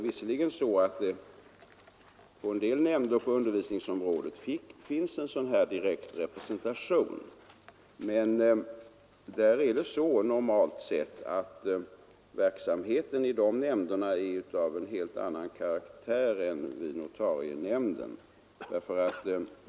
Visserligen finns i en del nämnder på undervisningsområdet en sådan här direkt representation, men verksamheten i de nämnderna är normalt sett av en helt annan karaktär än i notarienämnden.